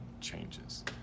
changes